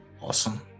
Awesome